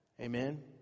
Amen